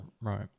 Right